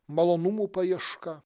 malonumų paieška